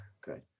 Good